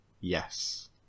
yes